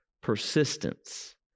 persistence